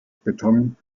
beton